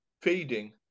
feeding